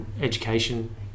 education